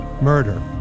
Murder